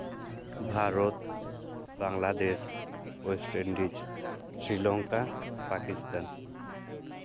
Bharat Bangladesh west Indies Sri Lanka Pakistan